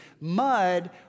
Mud